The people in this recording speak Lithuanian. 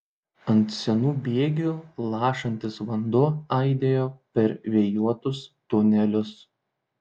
ant senų bėgių lašantis vanduo aidėjo per vėjuotus tunelius